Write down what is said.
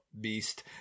beast